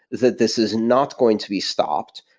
that this is not going to be stopped,